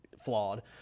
flawed